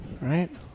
Right